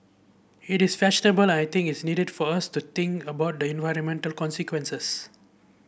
it is fashionable and I think its needed for us to think about the environmental consequences